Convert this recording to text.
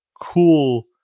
cool